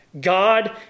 God